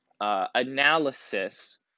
analysis